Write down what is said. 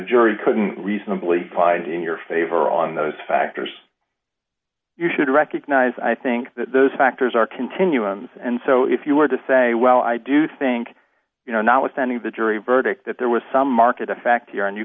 jury couldn't reasonably find in your favor on those factors you should recognize i think that those factors are continuing and so if you were to say well i do think you know notwithstanding the jury verdict that there was some market effect here and you